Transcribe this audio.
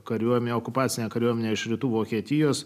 kariuomenę okupacinę kariuomenę iš rytų vokietijos